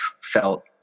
felt